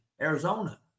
Arizona